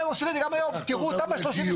אני תומך.